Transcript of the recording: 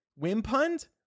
Wimpund